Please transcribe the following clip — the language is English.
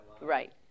Right